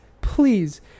please